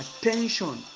attention